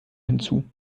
hinzu